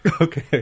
Okay